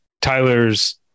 tyler's